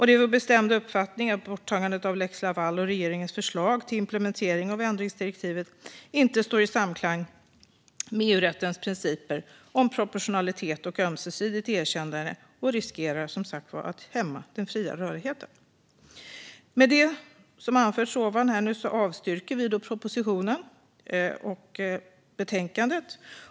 Det är vår bestämda uppfattning att borttagandet av lex Laval och regeringens förslag till implementering av ändringsdirektivet inte står i samklang med EU-rättens principer om proportionalitet och ömsesidigt erkännande och att det, som sagt var, riskerar att hämma den fria rörligheten. Med det som nu anförts avstyrker vi propositionen och förslaget i betänkandet.